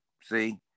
see